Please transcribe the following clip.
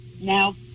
now